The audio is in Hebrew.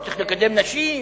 צריך לקדם נשים,